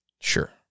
Sure